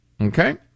Okay